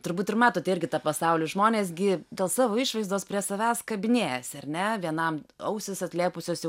turbūt ir matote irgi tą pasaulį žmonės gi dėl savo išvaizdos prie savęs kabinėjasi ar ne vienam ausys atlėpusios